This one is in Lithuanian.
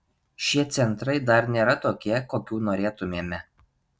šie centrai dar nėra tokie kokių norėtumėme